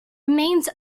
remains